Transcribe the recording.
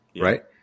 right